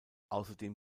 außerdem